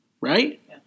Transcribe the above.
right